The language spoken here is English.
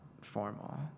formal